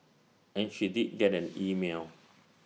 and she did get an email